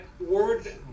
word